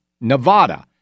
nevada